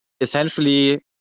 essentially